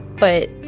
but,